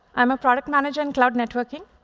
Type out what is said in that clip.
i'm a product manager in cloud networking.